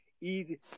easy –